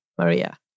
Maria